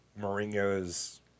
Mourinho's